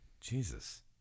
Jesus